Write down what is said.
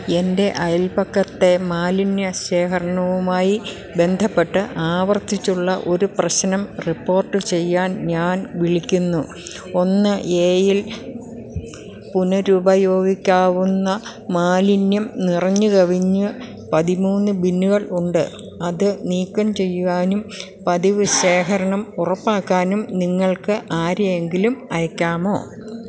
എൻ്റെ അയല്പക്കത്തെ മാലിന്യശേഖരണവുമായി ബന്ധപ്പെട്ട് ആവർത്തിച്ചുള്ളൊരു പ്രശ്നം റിപ്പോർട്ട് ചെയ്യാൻ ഞാൻ വിളിക്കുന്നു ഒന്ന് എയിൽ പുനരുപയോഗിക്കാവുന്ന മാലിന്യം നിറഞ്ഞുകവിഞ്ഞ് പതിമൂന്ന് ബിന്നുകളുണ്ട് അത് നീക്കം ചെയ്യുവാനും പതിവ് ശേഖരണം ഉറപ്പാക്കാനും നിങ്ങൾക്ക് ആരെയെങ്കിലും അയയ്ക്കാമോ